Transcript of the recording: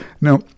Now